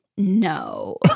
No